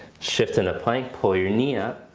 shift into plank pull your knee up.